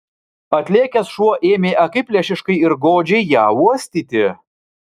atlėkęs šuo ėmė akiplėšiškai ir godžiai ją uostyti